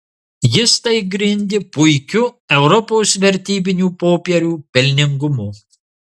jis tai grindė puikiu europos vertybinių popierių pelningumu